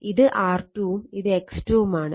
ഇത് R2 ഉം ഇത് X2 ഉം ആണ്